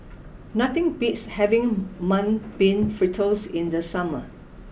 nothing beats having Mung Bean Fritters in the summer